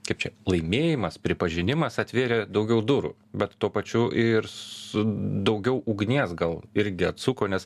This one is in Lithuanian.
kaip čia laimėjimas pripažinimas atvėrė daugiau durų bet tuo pačiu ir su daugiau ugnies gal irgi atsuko nes